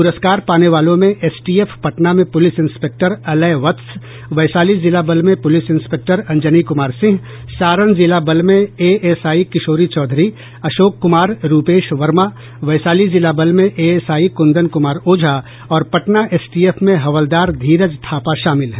पुरस्कार पाने वालों में एसटीएफ पटना में पुलिस इंस्पेक्टर अलय वत्स वैशाली जिला बल में पुलिस इंस्पेक्टर अंजनी कुमार सिंह सारण जिला बल में एएसआई किशोरी चौधरी अशोक कुमार रूपेश वर्मा वैशाली जिला बल में एएसआई कुंदन कुमार ओझा और पटना एसटीएफ में हवलदार धीरज थापा शामिल हैं